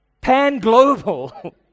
pan-global